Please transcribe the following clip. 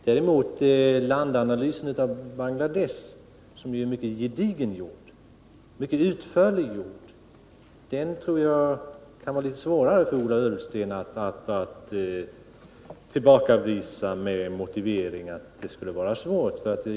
Den landanalys av Bangladesh, som är mycket gedigen och utförlig, tror jag det kan vara svårare för Ola Ullsten att tillbakavisa med motiveringen att den skulle vara besvärlig att göra.